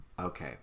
Okay